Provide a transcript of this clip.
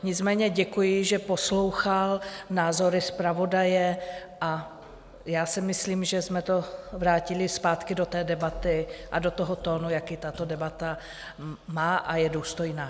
Nicméně děkuji, že poslouchal názory zpravodaje, a já si myslím, že jsme to vrátili zpátky do debaty a do tónu, jaký tato debata má, a je důstojná.